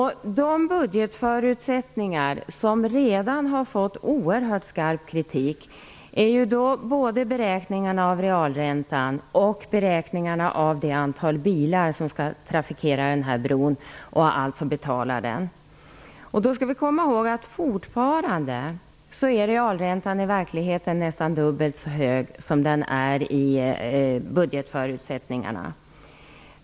De budgetförutsättningar som redan har fått oerhört skarp kritik är ju både beräkningarna av realräntan och beräkningarna av det antal bilar som skall trafikera bron och alltså betala den. Då skall vi komma ihåg att realräntan i verkligheten fortfarande är nästan dubbelt så hög som den är i budgetförutsättningarna.